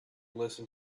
listen